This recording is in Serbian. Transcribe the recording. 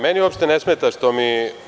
Meni uopšte ne smeta što mi…